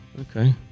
Okay